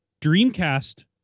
Dreamcast